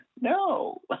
no